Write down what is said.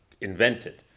invented